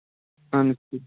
اَہَن حظ ٹھیٖک